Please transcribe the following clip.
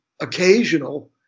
occasional